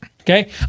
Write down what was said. okay